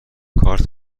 کارت